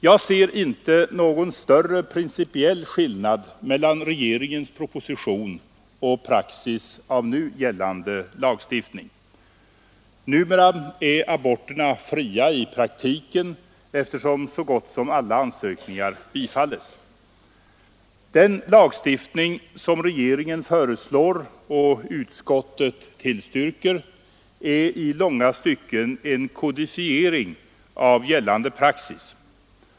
Jag ser inte någon större principiell skillnad mellan regeringens proposition och praxis enligt nu gällande lagstiftning. Numera är aborterna fria i praktiken, eftersom så gott som alla ansökningar bifalles. Den lagstiftning som regeringen föreslår och utskottsmajoriteten tillstyrker är i långa stycken en kodifiering av gällande praxis.